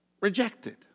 rejected